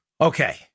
Okay